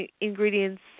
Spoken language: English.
ingredients